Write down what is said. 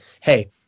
hey